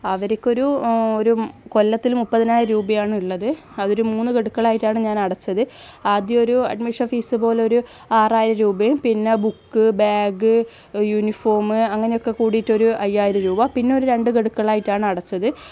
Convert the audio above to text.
അവർക്ക് ഒരു ഒരു കൊല്ലത്തിൽ മുപ്പതിനായിരം രൂപയാണ് ഉള്ളത് അതൊരു മൂന്നു ഘടുക്കളായിട്ടാണ് ഞാൻ അടച്ചത് ആദ്യം ഒരു അഡ്മിഷൻ ഫീസ് പോലെ ഒരു ആറായിരം രൂപയും പിന്നെ ബുക്ക് ബാഗ് യൂണിഫോമ് അങ്ങനെയൊക്കെ കൂടിയിട്ട് ഒരു അയ്യായിരം രൂപ പിന്നെ ഒരു രണ്ട് ഘടുക്കളായിട്ടാണ് അടച്ചത്